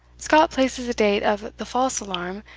scott places the date of the false alarm,